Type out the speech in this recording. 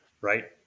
right